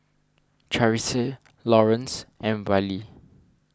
Charisse Laurence and Wiley